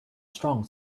strong